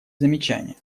замечания